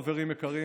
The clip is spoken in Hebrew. חברים יקרים,